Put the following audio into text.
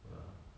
ah